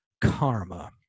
karma